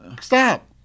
stop